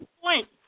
point